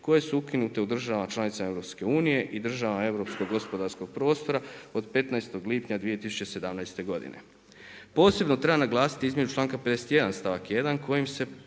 koje su ukinute u državama članicama EU i državama europskog gospodarskog prostora od 15. lipnja 2017. godine. Posebno treba naglasiti izmjenu članka 51. stavak 1. kojim se